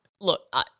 Look